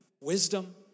wisdom